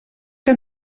que